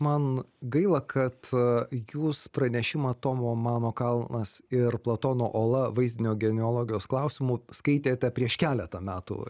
man gaila kad jūs pranešimą tomo mano kalnas ir platono ola vaizdinio geneologijos klausimu skaitėte prieš keletą metų